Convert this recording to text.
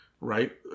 right